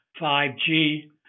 5G